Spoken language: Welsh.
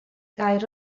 gair